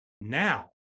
now